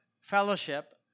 fellowship